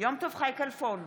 יום טוב חי כלפון,